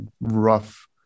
rough